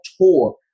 tour